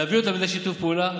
להביא אותם לידי שיתוף פעולה,